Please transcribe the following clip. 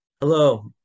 Hello